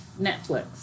Netflix